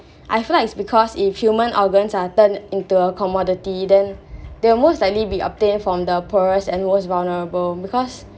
I feel like because if human organs are turned into a commodity then they will most likely be obtained from the poorest and most vulnerable because